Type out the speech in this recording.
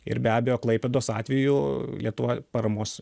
ir be abejo klaipėdos atveju lietuva paramos